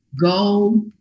go